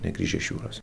negrįžę iš jūros